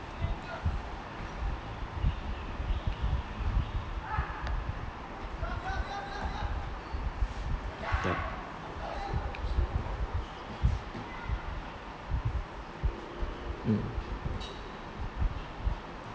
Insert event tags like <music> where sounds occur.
<noise> yes mm